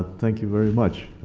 thank you very much.